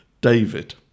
David